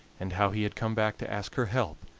and how he had come back to ask her help,